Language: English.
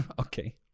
Okay